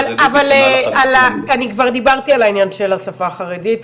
אבל אני כבר דיברתי על העניין שלה השפה החרדית,